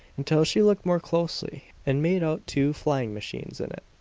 until she looked more closely and made out two flying-machines in it.